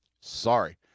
Sorry